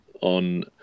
on